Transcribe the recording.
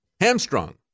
Hamstrung